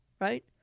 right